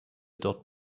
dort